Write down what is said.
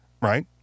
right